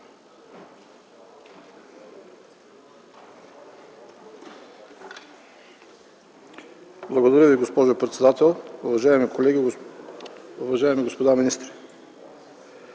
Благодаря Ви, госпожо председател. Уважаеми колеги, уважаеми господа министри!